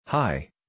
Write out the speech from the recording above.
Hi